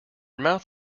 mouth